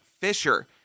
Fisher